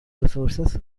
resources